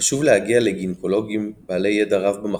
חשוב להגיע לגינקולוגים בעלי ידע רב במחלה,